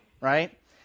right